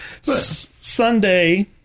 Sunday